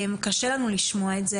קשה לנו לשמוע את זה.